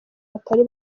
batari